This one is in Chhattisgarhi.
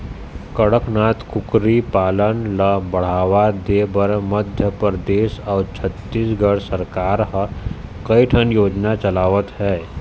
कड़कनाथ कुकरी पालन ल बढ़ावा देबर मध्य परदेस अउ छत्तीसगढ़ सरकार ह कइठन योजना चलावत हे